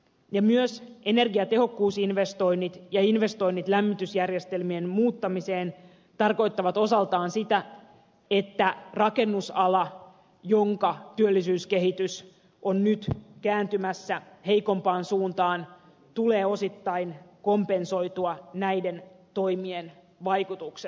myös energiatehokkuusinvestoinnit ja investoinnit lämmitysjärjestelmien muuttamiseen tarkoittavat osaltaan sitä että rakennusala jonka työllisyyskehitys on nyt kääntymässä heikompaan suuntaan tulee osittain kompensoitua näiden toimien vaikutuksesta